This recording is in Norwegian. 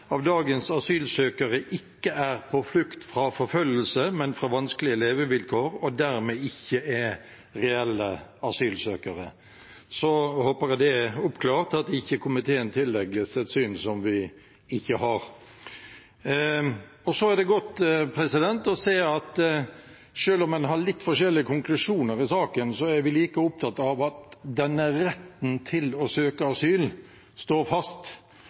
dagens asylsøkere ikke er på flukt fra forfølgelse, men fra vanskelige levevilkår, og dermed ikke er reelle asylsøkere.» Da håper jeg det er oppklart, og at komiteen ikke tillegges et syn som den ikke har. Det er godt å se at selv om en har litt forskjellige konklusjoner i saken, er vi like opptatt av at retten til å søke asyl står fast.